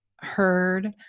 heard